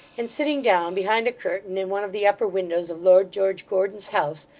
and sitting down behind a curtain in one of the upper windows of lord george gordon's house,